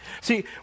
see